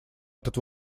этот